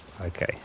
Okay